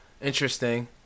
interesting